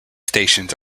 stations